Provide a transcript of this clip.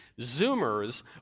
Zoomers